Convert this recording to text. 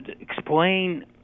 explain